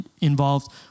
involved